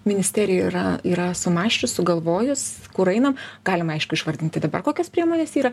ministerija yra yra sumąsčius sugalvojus kur einam galima aišku išvardinti dabar kokios priemonės yra